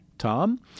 Tom